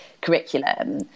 curriculum